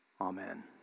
Amen